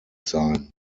sein